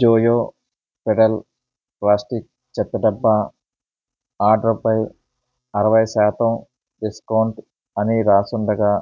Joyo pedal plastic చెత్తడబ్బా ఆర్డర్పై అరవై శాతం డిస్కౌంట్ అని రాసుండగా